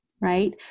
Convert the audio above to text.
right